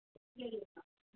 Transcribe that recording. जी